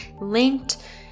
linked